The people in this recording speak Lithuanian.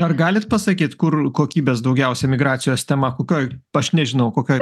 ar galit pasakyt kur kokybės daugiausiai migracijos tema kokioj aš nežinau kokioj